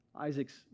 Isaac's